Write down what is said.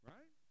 Right